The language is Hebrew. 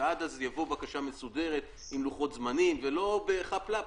ועד אז תבוא בקשה מסודרת עם לוחות זמנים ולא בחאפ-לאפ,